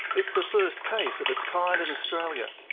it's the first case of its kind in australia.